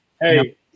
Hey